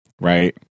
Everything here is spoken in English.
right